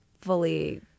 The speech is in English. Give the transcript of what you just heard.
fully